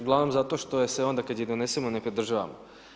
Uglavnom zato što je se onda kad je donesemo ne pridržavamo.